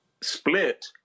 split